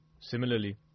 Similarly